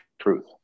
truth